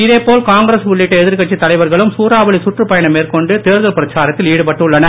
இதேபோல் காங்கிரஸ் உள்ளிட்ட எதிர்கட்சி தலைவர்களும் சூறாவளி சுற்றுப் பயணம் மேற்கொண்டு தேர்தல் பிரச்சாரத்தில் ஈடுபட்டுள்ளனர்